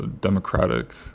Democratic